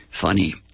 Funny